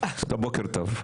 בוקר טוב,